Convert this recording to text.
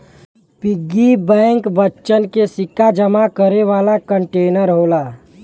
piggy bank बच्चन के सिक्का जमा करे वाला कंटेनर होला